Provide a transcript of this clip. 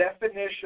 definition